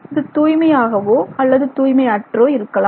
இது தூய்மையாகவோ அல்லது தூய்மையற்றோ இருக்கலாம்